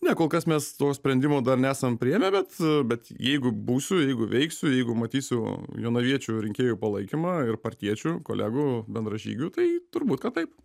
ne kol kas mes to sprendimo dar nesam priėmę bet bet jeigu būsiu jeigu veiksiu jeigu matysiu jonaviečių rinkėjų palaikymą ir partiečių kolegų bendražygių tai turbūt kad taip